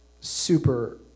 super